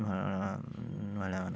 ମହିଳାମାନଙ୍କ